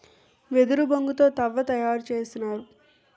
వెదురు బొంగు తో తవ్వ తయారు చేసినారు